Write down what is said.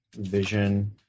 vision